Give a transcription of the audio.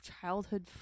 childhood